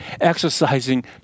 exercising